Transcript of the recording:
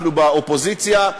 אנחנו באופוזיציה,